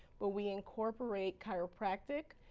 but we incorporate chiropractic,